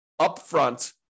upfront